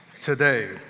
today